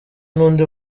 n’undi